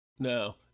No